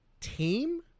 team